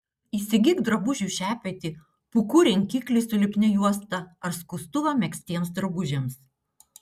įsigyk drabužių šepetį pūkų rinkiklį su lipnia juosta ar skustuvą megztiems drabužiams